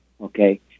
okay